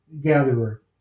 gatherer